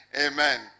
Amen